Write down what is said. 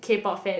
K Pop fan